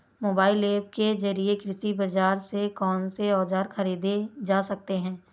Mobile app के जरिए कृषि बाजार से कौन से औजार ख़रीदे जा सकते हैं?